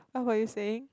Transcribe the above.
what were you saying